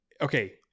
okay